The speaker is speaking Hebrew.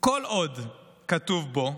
כל עוד כתוב בו